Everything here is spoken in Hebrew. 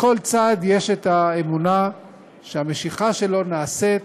ולכל צד יש אמונה שהמשיכה שלו נעשית